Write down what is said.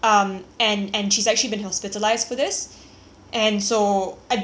and so and the medical bills have been um significant